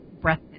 breath